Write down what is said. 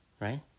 right